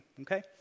Okay